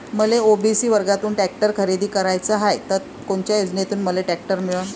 मले ओ.बी.सी वर्गातून टॅक्टर खरेदी कराचा हाये त कोनच्या योजनेतून मले टॅक्टर मिळन?